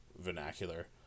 vernacular